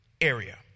area